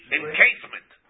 encasement